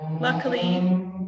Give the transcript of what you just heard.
luckily